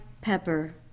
pepper